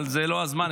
אבל זה לא הזמן,